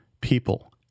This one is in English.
People